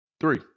Three